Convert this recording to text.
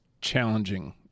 challenging